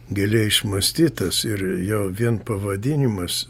giliai išmąstytas ir jau vien pavadinimas